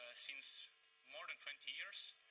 since more than twenty years,